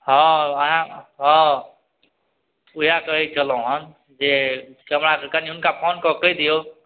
हँ वएह हँ वएह कहै छलहुँ हँ जे कैमरासे कनि हुनका फोन कऽ कहि दिऔ